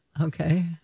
Okay